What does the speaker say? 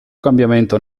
cambiamento